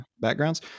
backgrounds